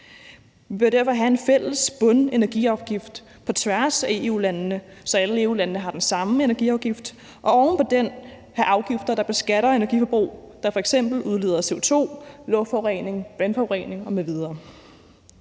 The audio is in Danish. Vi bør derfor have en fælles bundenergiafgift på tværs af EU-landene, så alle EU-landene har den samme energiafgift, og oven på den have afgifter, der beskatter energiforbrug, der f.eks. udleder CO2, skaber luftforurening, vandforurening m.v.